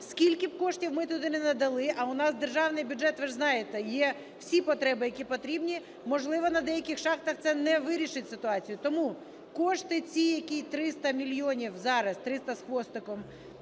скільки б коштів ми туди не надали, а у нас державних бюджет, ви ж знаєте, є всі потреби, які потрібні, можливо, на деяких шахтах це не вирішить ситуацію. Тому кошти ці, які 300 мільйонів зараз, 300 з хвостиком,